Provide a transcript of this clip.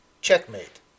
Checkmate